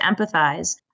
empathize